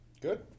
good